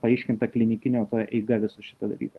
paaiškinta klinikinio to eiga viso šito dalyko